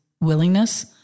willingness